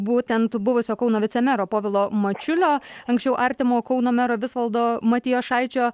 būtent buvusio kauno vicemero povilo mačiulio anksčiau artimo kauno mero visvaldo matijošaičio